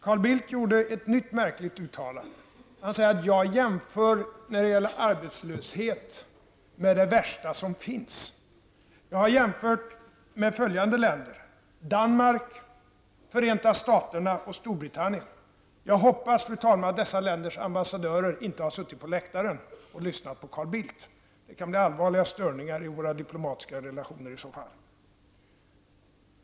Carl Bildt gjorde ett nytt märkligt uttalande. Han sade att jag när det gäller arbetslösheten jämför med ''det värsta som finns''. Jag har jämfört med följande länder: Danmark, Förenta Staterna och Storbritannien. Jag hoppas, fru talman, att dessa länders ambassadörer inte har suttit på läktaren och lyssnat på Carl Bildt. Det kan i så fall bli allvarliga störningar i våra diplomatiska relationer.